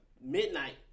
midnight